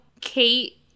Kate